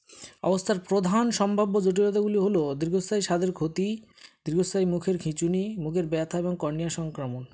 অবস্থার প্রধান সম্ভাব্য জটিলতাগুলি হলো দীর্ঘস্থায়ী স্বাদের ক্ষতি দীর্ঘস্থায়ী মুখের খিঁচুনি মুখের ব্যথা এবং কর্নিয়ার সংক্রমণ